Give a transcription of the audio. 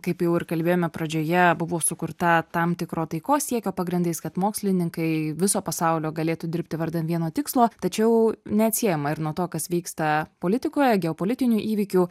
kaip jau ir kalbėjome pradžioje buvo sukurta tam tikro taikos siekio pagrindais kad mokslininkai viso pasaulio galėtų dirbti vardan vieno tikslo tačiau neatsiejama ir nuo to kas vyksta politikoje geopolitinių įvykių